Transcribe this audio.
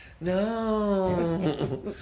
No